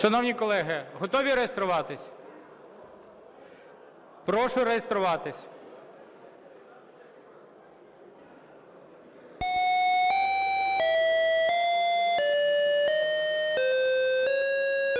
Шановні колеги, готові реєструватись? Прошу реєструватись.